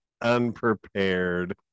unprepared